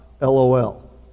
lol